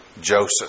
Joseph